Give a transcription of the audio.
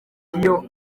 piyo